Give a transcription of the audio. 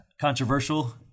controversial